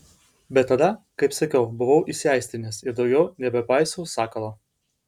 bet tada kaip sakiau buvau įsiaistrinęs ir daugiau nebepaisiau sakalo